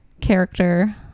character